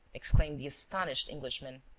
exclaimed the astonished englishman.